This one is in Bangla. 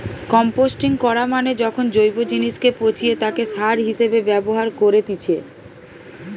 কম্পোস্টিং করা মানে যখন জৈব জিনিসকে পচিয়ে তাকে সার হিসেবে ব্যবহার করেতিছে